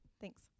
Thanks